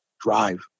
drive